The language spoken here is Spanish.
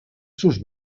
sus